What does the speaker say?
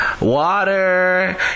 water